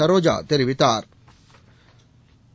Saroja தெரிவித்தாள்